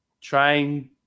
trying